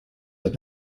have